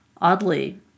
Oddly